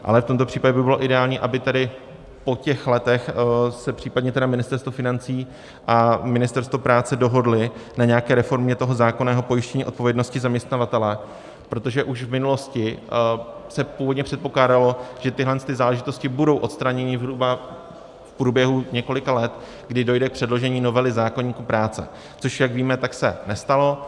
Ale v tomto případě by bylo ideální, aby tedy po těch letech se případně Ministerstvo financí a Ministerstvo práce dohodly na nějaké reformě zákonného pojištění odpovědnosti zaměstnavatele, protože už v minulosti se původně předpokládalo, že tyhlety záležitosti budou odstraněny zhruba v průběhu několika let, kdy dojde k předložení novely zákoníku práce, což jak víme, se nestalo.